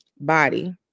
body